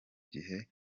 gihe